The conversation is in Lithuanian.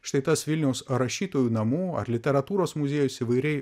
štai tas vilniaus rašytojų namų ar literatūros muziejus įvairiai